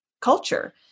culture